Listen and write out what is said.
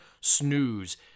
snooze